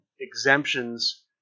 exemptions